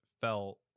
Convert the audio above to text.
felt